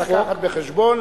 צריך לקחת בחשבון,